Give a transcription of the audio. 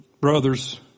Brothers